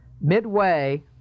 Midway